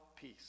Peace